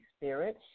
Spirit